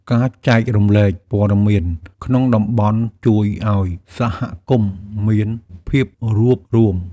ការចែករំលែកព័ត៌មានក្នុងតំបន់ជួយឲ្យសហគមន៍មានភាពរួបរួម។